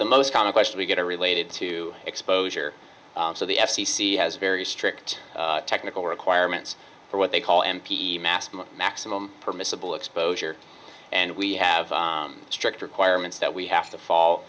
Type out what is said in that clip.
the most common question we get are related to exposure so the f c c has very strict technical requirements for what they call m p e maximum permissible exposure and we have strict requirements that we have to fall